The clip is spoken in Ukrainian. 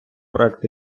проект